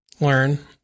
learn